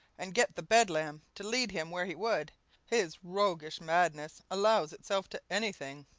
and get the bedlam to lead him where he would his roguish madness allows itself to anything.